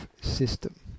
system